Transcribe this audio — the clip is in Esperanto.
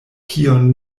kion